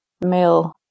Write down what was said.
male